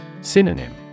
Synonym